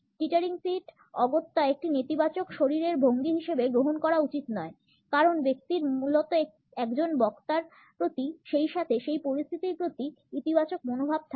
teetering feet অগত্যা একটি নেতিবাচক শরীরের ভঙ্গি হিসাবে গ্রহণ করা উচিত নয় কারণ ব্যক্তির মূলত একজন বক্তার প্রতি সেইসাথে সেই পরিস্থিতির প্রতি ইতিবাচক মনোভাব থাকে